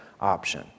option